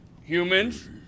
humans